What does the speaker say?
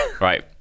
Right